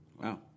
Wow